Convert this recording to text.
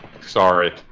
Sorry